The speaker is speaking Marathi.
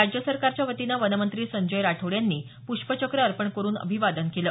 राज्य सरकारच्या वतीनं वनमंत्री संजय राठोड यांनी प्ष्पचक्र अर्पण करून अभिवादन केलं